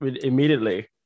immediately